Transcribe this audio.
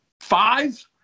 five